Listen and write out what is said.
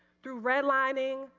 through red lines,